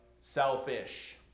selfish